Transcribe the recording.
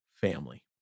family